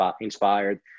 inspired